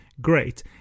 great